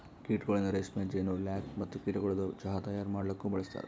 ಕೀಟಗೊಳಿಂದ್ ರೇಷ್ಮೆ, ಜೇನು, ಲ್ಯಾಕ್ ಮತ್ತ ಕೀಟಗೊಳದು ಚಾಹ್ ತೈಯಾರ್ ಮಾಡಲೂಕ್ ಬಳಸ್ತಾರ್